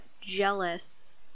jealous